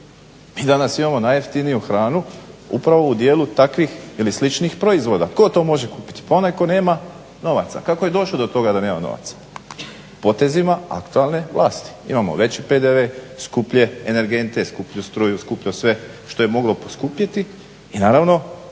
Mi da nas imamo najjeftiniju hranu upravo u dijelu takvih ili sličnih proizvoda. Tko to može kupiti? Pa onaj ko nema novaca. Kako je došao do toga da nema novaca? Potezima aktualne vlasti. Imamo veći PDV, skuplje energente, skuplju struju, skupljelo je sve što je moglo poskupjeti i naravno